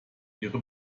ihre